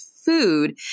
food